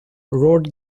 road